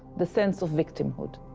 the sense of victimhood.